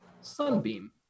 Sunbeam